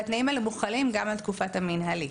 והתנאים האלה מוחלים גם על תקופת המנהלי,